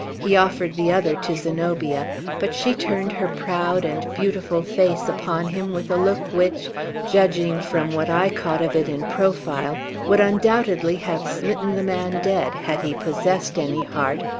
he offered the other to zenobia but she turned her proud and beautiful face upon him with a look which judging from what i caught of it in profile would undoubtedly have smitten the man dead, had he possessed any heart,